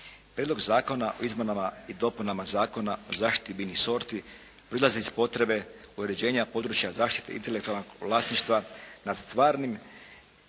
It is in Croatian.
Prijedlog zakona o izmjenama i dopunama Zakona o zaštiti biljnih sorti proizlazi iz potrebe uređenja područja zaštite intelektualnog vlasništva nad stvarnim,